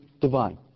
divine